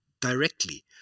directly